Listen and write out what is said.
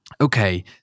Okay